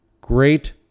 great